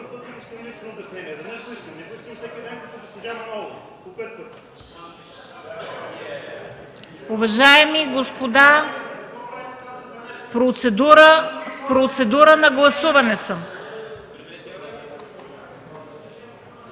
Уважаеми господа, в процедура на гласуване